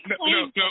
no